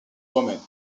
romaine